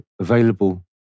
available